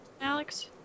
Alex